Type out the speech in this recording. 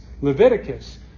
Leviticus